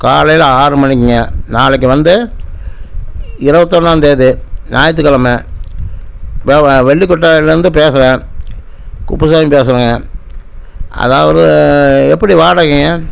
காலையில் ஆறு மணிக்குங்க நாளைக்கு வந்து இருவத்தொன்னாந்தேதி ஞாயித்துக்கிழம வெ வெள்ளுக்கோட்டையிலேருந்து பேசுகிறேன் குப்புசாமி பேசறேங்க அதாவது எப்படி வாடகைங்க